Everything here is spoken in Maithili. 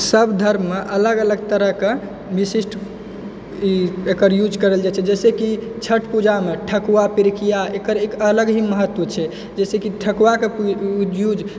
सब धर्ममे अलग अलग तरहके विशिष्ट एकर यूज करल जाइ छै जैसे कि छठ पूजामे ठकुआ पिरिकिया एकर अलग ही महत्त्व छै जैसे कि ठकुआके यूज